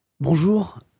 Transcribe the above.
Bonjour